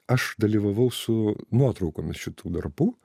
aš dalyvavau su nuotraukomis šitų darbų